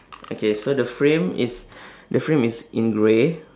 okay so the frame is the frame is in grey